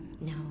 no